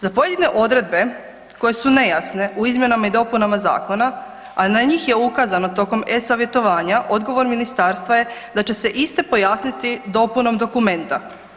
Za pojedine odredbe koje su nejasne u izmjenama i dopunama zakona, a na njih je ukazano tokom e-Savjetovanja, odgovor ministarstva je da će se iste pojasniti dopunom dokumenta.